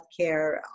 healthcare